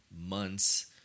months